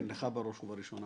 יושב ראש הוועדה דאז כחלון